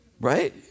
Right